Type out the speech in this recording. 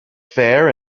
fair